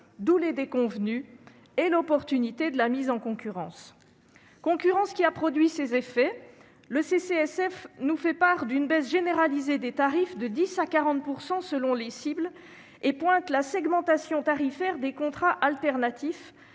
d'où les déconvenues et l'opportunité de la mise en concurrence. La concurrence a produit ses effets. Dans son rapport, le CCSF relève une baisse généralisée des tarifs de 10 % à 40 % selon les cibles et pointe la segmentation tarifaire des contrats alternatifs,